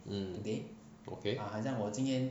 mm okay